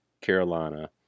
Carolina